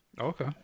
Okay